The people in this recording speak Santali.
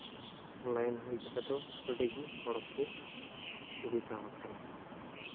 ᱞᱟᱭᱤᱱ ᱦᱩᱭ ᱠᱟᱛᱮᱫ ᱫᱚ ᱟᱹᱰᱤᱜᱮ ᱦᱚᱲ ᱠᱚ ᱥᱩᱵᱤᱫᱟ ᱟᱠᱟᱱᱟ